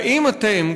האם אתם,